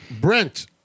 Brent